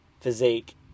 physique